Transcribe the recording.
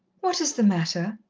what is the matter?